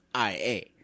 ia